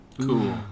Cool